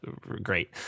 great